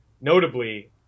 Notably